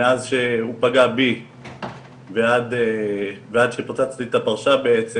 מאז שהוא פגע בי ועד שפוצצתי את הפרשה בעצם,